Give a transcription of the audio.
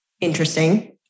interesting